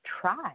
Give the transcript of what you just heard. try